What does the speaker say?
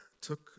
took